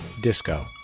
disco